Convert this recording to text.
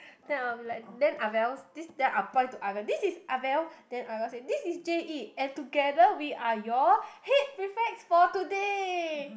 then I'll be like then Ah Vals this then I point to Ah Val this is Ah Val then Ah Val say this is J_E and together we are your head prefects for today